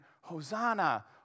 Hosanna